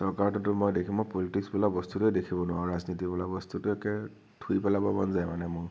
চৰকাৰতোটো মই দেখিব মই পলিটিক্স বোলা বস্তুটোৱে দেখিব নোৱাৰোঁ ৰাজনীতি বোলা বস্তুটো একে থুই পেলাব মন যায় মানে মোৰ